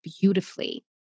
beautifully